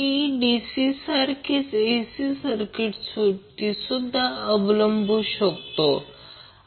ती DC सारखीच AC सर्किटसाठी सुद्धा अवलंबू शकतो